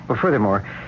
Furthermore